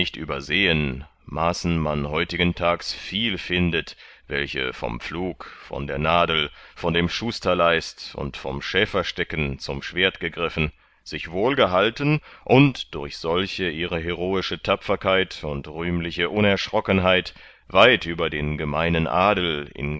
übersehen maßen man heutigentags viel findet welche vom pflug von der nadel von dem schusterleist und vom schäferstecken zum schwert gegriffen sich wohl gehalten und durch solche ihre heroische tapferkeit und rühmliche unerschrockenheit weit über den gemeinen adel in